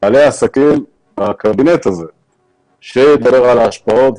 העסקים כדי שידבר על ההשפעות,